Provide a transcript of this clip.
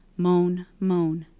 moan, moan.